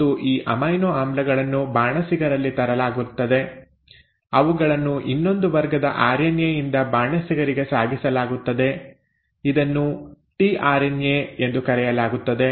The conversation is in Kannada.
ಮತ್ತು ಈ ಅಮೈನೋ ಆಮ್ಲಗಳನ್ನು ಬಾಣಸಿಗರಲ್ಲಿಗೆ ತರಲಾಗುತ್ತದೆ ಅವುಗಳನ್ನು ಇನ್ನೊಂದು ವರ್ಗದ ಆರ್ಎನ್ಎ ಯಿಂದ ಬಾಣಸಿಗರಿಗೆ ಸಾಗಿಸಲಾಗುತ್ತದೆ ಇದನ್ನು ಟಿಆರ್ಎನ್ಎ ಎಂದು ಕರೆಯಲಾಗುತ್ತದೆ